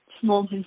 small